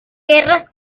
guerras